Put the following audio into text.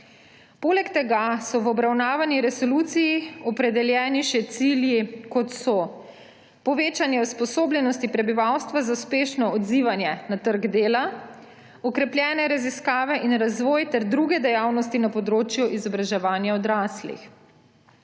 Poleg tega so v obravnavani resoluciji opredeljeni še cilji, kot so: povečanje usposobljenosti prebivalstva za uspešno odzivanje na trg dela, okrepljene raziskave in razvoj ter druge dejavnosti na področju izobraževanja odraslih.